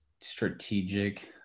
strategic